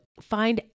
find